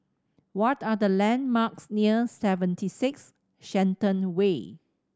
what are the landmarks near Seventy Six Shenton Way